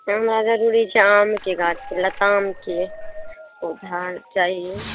हमरा जरूरी छै आमके गाछ लतामके ओ चाहिये